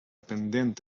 pendent